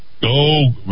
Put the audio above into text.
go